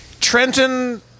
Trenton